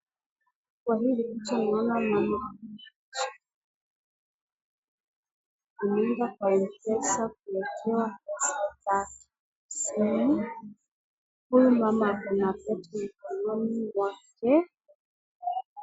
Kwa hii picha naona mama mmoja, ameenda kwa mpesa kuwekewa pesa kwa simu, huyu mama kuna mtoto mkononi mwake.